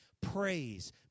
praise